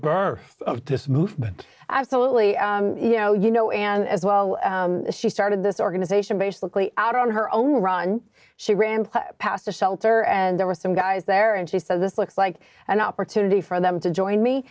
birth of this movement absolutely you know you know and as well she started this organization basically out on her own run she ran past a shelter and there were some guys there and she said this looks like an opportunity for them to join me